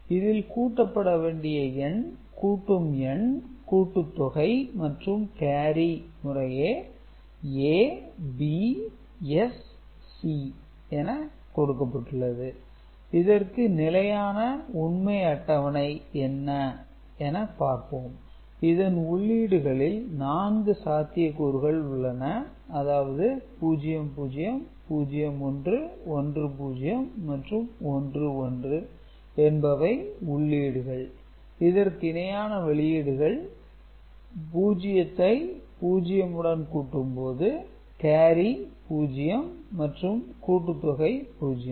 இதில் கூட்டப்பட வேண்டிய எண் கூட்டும் எண் கூட்டுத்தொகை மற்றும் கேரி முறையே A B S C என கொடுக்கப்பட்டுள்ளது இதற்கு நிலையான உண்மை அட்டவணை என்ன என பார்ப்போம் இதன் உள்ளீடுகளில் நான்கு சாத்தியக் கூறுகள் உள்ளன அதாவது 0 0 0 1 1 0 மற்றும் 1 1 என்பவை உள்ளீடுகள் இதற்கு இணையான வெளியீடுகள் 0 வை 0 உடன் கூட்டும்போது கேரி 0 மற்றும் கூட்டுத்தொகை 0